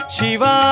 Shiva